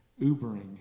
Ubering